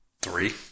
Three